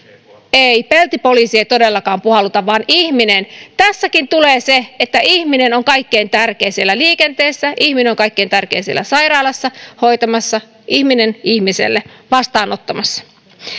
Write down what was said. ei peltipoliisi ei todellakaan puhalluta vaan ihminen tässäkin tulee se että ihminen on kaikkein tärkein siellä liikenteessä ihminen on kaikkein tärkein siellä sairaalassa hoitamassa ihminen ihmiselle vastaanottamassa